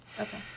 Okay